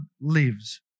lives